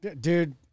Dude